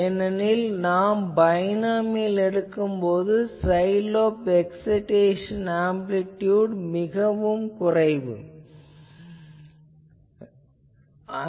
ஏனெனில் நாம் பைனாமியல் எடுக்கும் போது சைட் லோப் எக்சைடேசன் ஆம்பிளிடியுட் மிகவும் குறைவு ஆகும்